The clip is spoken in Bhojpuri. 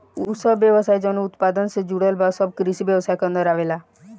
उ सब व्यवसाय जवन उत्पादन से जुड़ल बा सब कृषि व्यवसाय के अन्दर आवेलला